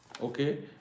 okay